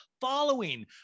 following